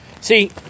See